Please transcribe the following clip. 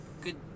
good